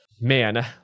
Man